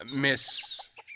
Miss